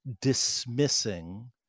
dismissing